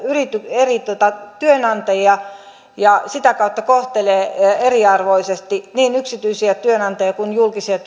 eri työnantajia ja sitä kautta kohtelee eriarvoisesti niin yksityisiä työnantajia kuin julkisia